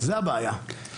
זה הבעיה.